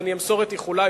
אז אמסור את איחולי,